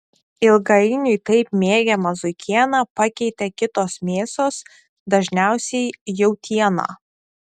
ilgainiui taip mėgiamą zuikieną pakeitė kitos mėsos dažniausiai jautiena